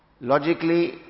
Logically